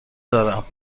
دارم